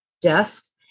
desk